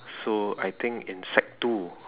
so I think in sec two